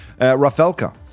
Rafelka